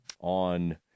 on